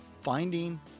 finding